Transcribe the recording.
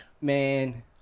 man